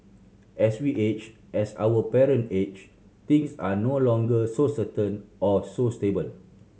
as we age as our parent age things are no longer so certain or so stable